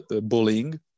bullying